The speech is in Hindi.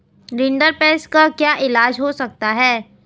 रिंडरपेस्ट का क्या इलाज हो सकता है